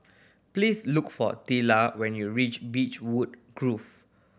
please look for Tilla when you reach Beechwood Grove